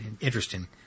Interesting